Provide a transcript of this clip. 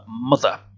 Mother